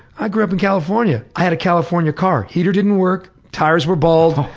i grew up in california, i had a california car. heater didn't work, tires were bald,